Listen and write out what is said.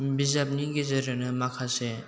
बिजाबनि गेजेरजोंनो माखासे